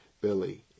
Billy